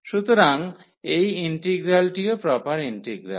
সুতরাং এই ইন্টিগ্রালটিও প্রপার ইন্টিগ্রাল